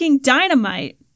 dynamite